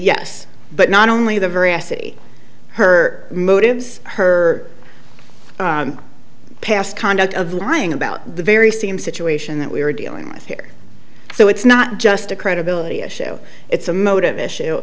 yes but not only the very essence her her motives past conduct of lying about the very same situation that we're dealing with here so it's not just a credibility issue it's a motive issue